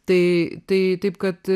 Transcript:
tai tai taip kad